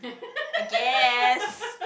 I guess